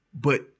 but-